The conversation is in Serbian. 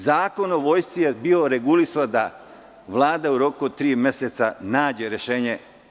Zakon o vojsci je regulisao da Vlada u roku od tri meseca nađe rešenje.